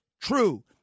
true